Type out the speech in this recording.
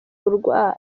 uburwayi